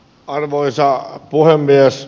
arvoisa puhemies